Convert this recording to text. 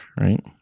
right